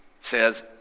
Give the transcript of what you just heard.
says